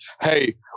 hey